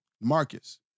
Marcus